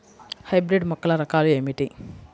Hybrid మొక్కల రకాలు ఏమిటీ?